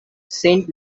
saint